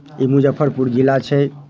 ई मुजफ्फरपुर जिला छै